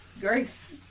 Grace